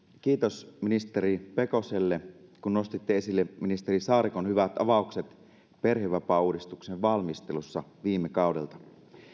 kiitos ministeri pekoselle kun nostitte esille ministeri saarikon hyvät avaukset perhevapaauudistuksen valmistelussa viime kaudelta